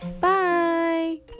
bye